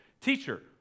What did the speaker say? Teacher